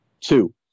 Two